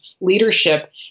leadership